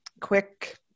quick